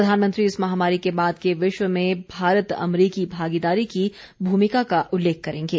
प्रधानमंत्री इस महामारी के बाद के विश्व में भारत अमरीकी भागीदारी की भूमिका का उल्लेख करेंगे